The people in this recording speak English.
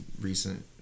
recent